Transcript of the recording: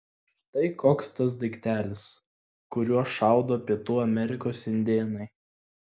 štai koks tas daiktelis kuriuo šaudo pietų amerikos indėnai